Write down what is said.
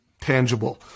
tangible